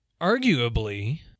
arguably